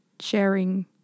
sharing